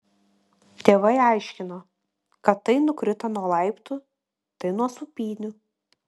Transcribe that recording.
tėvai aiškino kad tai nukrito nuo laiptų tai nuo sūpynių